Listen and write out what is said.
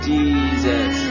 Jesus